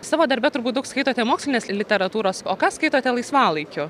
savo darbe turbūt daug skaitote mokslinės literatūros o ką skaitote laisvalaikiu